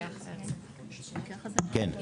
כן.